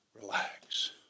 relax